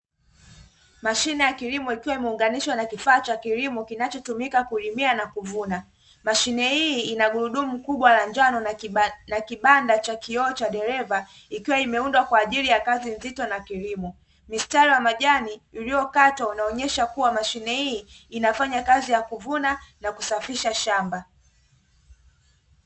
Mashine ya kilimo ikiwa imeunganishwa na kifaa cha kilimo kinachotumika kulimia na kuvuna, mashine hii inagurudumu kubwa la njano na kibanda cha kioo cha dereva ikiwa imeundwa kwa ajili ya kazi nzito na kilimo, mstari wa majani uliokatwa unaonesha kuwa mashine hii inafanya kazi ya kuvuna na kusafisha shamba.